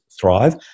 thrive